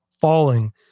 falling